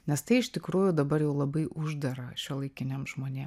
nes tai iš tikrųjų dabar jau labai uždara šiuolaikiniam žmonėm